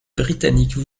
britanniques